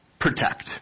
protect